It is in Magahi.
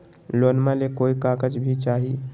लोनमा ले कोई कागज भी चाही?